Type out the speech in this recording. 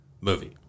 movie